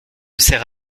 sert